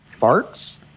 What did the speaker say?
farts